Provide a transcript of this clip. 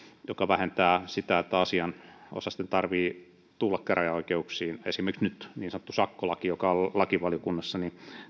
joka vähentää sitä että asianosaisten tarvitsee tulla käräjäoikeuksiin esimerkiksi nyt niin sanottu sakkolaki joka on lakivaliokunnassa